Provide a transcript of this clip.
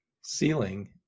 ceiling